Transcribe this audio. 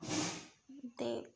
ते